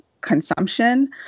consumption